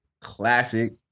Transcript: classic